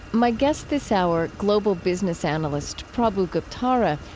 my guest this hour, global business analyst prabhu guptara,